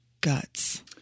guts